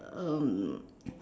um